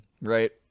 right